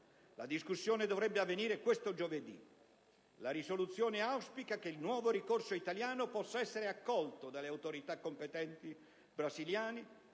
La discussione dovrebbe avvenire questo giovedì. La risoluzione auspica che il nuovo ricorso italiano possa essere accolto dalle autorità competenti brasiliane